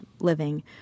living